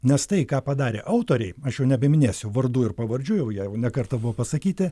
nes tai ką padarė autoriai aš jau nebeminėsiu vardų ir pavardžių jau jie jau ne kartą buvo pasakyti